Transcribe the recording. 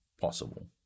possible